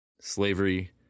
Slavery